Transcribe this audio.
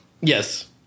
yes